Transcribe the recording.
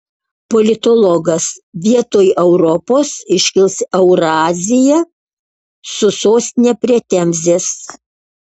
politologas vietoj europos iškils eurazija su sostine prie temzės